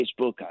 facebook